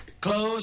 Close